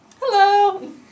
Hello